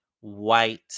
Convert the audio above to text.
white